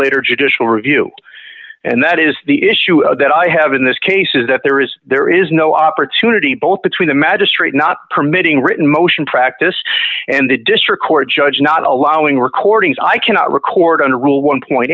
later judicial review and that is the issue and that i have in this case is that there is there is no opportunity both between the magistrate not permitting written motion practice and the district court judge not allowing recordings i cannot record on a rule one point